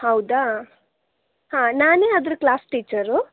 ಹೌದಾ ಹಾಂ ನಾನೇ ಅದರ ಕ್ಲಾಸ್ ಟೀಚರು